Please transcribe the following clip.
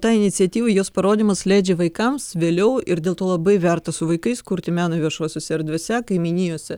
ta iniciatyva jos parodymas leidžia vaikams vėliau ir dėl to labai verta su vaikais kurti meną viešosiose erdvėse kaimynijose